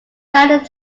that